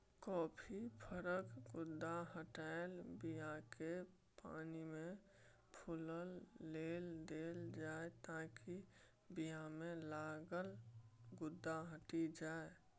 coffee फरक गुद्दा हटाए बीयाकेँ पानिमे फुलए लेल देल जाइ ताकि बीयामे लागल गुद्दा हटि जाइ